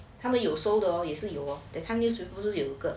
他们有收的哦也是有的看:ta men you shou de O ye shi you de kan list 不是九个